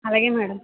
అలాగే మ్యాడం